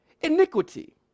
iniquity